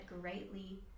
greatly